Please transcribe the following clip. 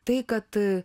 tai kad